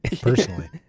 Personally